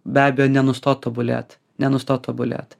be abejo nenustot tobulėt nenustot tobulėt